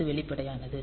அது வெளிப்படையானது